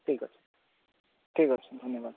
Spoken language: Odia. ଠିକ୍ଅଛି ଠିକ୍ଅଛି ଧନ୍ୟବାଦ